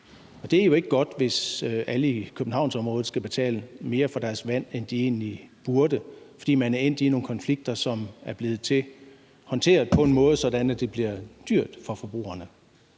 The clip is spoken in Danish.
Det er jo ikke godt, hvis alle i Københavnsområdet skal betale mere for deres vand, end de egentlig burde, fordi man er endt i nogle konflikter, som er blevet håndteret på en måde, så det bliver dyrt for forbrugerne.